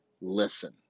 listen